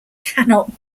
cannot